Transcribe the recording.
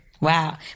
Wow